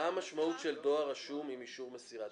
מה המשמעות של דואר רשום עם אישור מסירה?